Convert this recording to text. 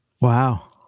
Wow